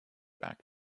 back